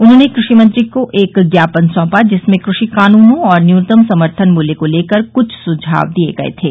उन्होंने कृषि मंत्री को एक ज्ञापन सौंपा जिसमें कृषि कानूनों और न्यूनतम समर्थन मूल्य को लेकर कृछ सुझाव दिए गए थे